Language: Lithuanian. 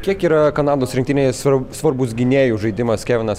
kiek yra kanados rinktinėje svar svarbus gynėjų žaidimas kevinas